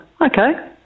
okay